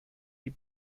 die